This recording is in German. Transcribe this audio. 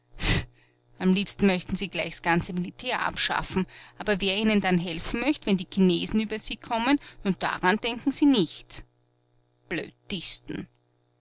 am liebsten möchten sie gleich s ganze militär abschaffen aber wer ihnen dann helfen möcht wenn die chinesen über sie kommen daran denken sie nicht